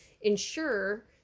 ensure